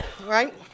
right